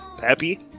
Happy